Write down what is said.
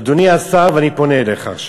אדוני השר, אני פונה אליך עכשיו.